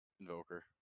Invoker